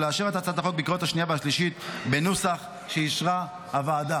ולאשר את הצעת החוק בקריאה השנייה והשלישית בנוסח שאישרה הוועדה.